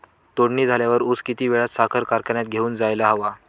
तोडणी झाल्यावर ऊस किती वेळात साखर कारखान्यात घेऊन जायला हवा?